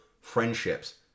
friendships